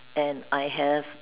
and I have